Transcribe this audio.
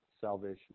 salvation